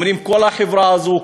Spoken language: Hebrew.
אומרים: כל החברה הזאת,